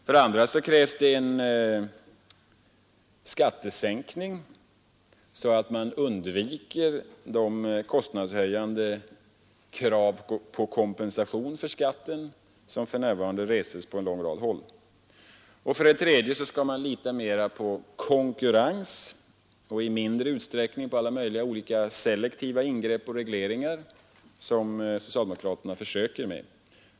För det andra krävs en skattesänkning, så att man undviker de kostnadshöjande krav på kompensation för skatten, som för närvarande reses på en rad håll. För det tredje skall man lita mera på konkurrens och i mindre utsträckning på olika selektiva ingrepp och regleringar som socialdemokraterna försöker med.